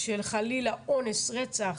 של חלילה אונס, רצח,